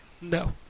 No